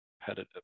competitive